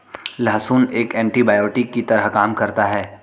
लहसुन एक एन्टीबायोटिक की तरह काम करता है